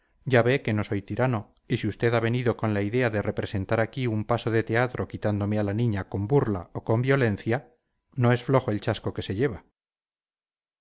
ya ve que no soy tirano y si usted ha venido con la idea de representar aquí un paso de teatro quitándome a la niña con burla o con violencia no es flojo el chasco que se lleva